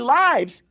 lives